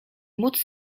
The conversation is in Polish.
móc